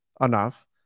enough